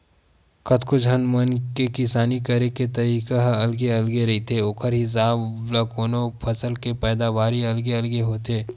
कतको झन मन के किसानी करे के तरीका ह अलगे अलगे रहिथे ओखर हिसाब ल कोनो फसल के पैदावारी अलगे अलगे होथे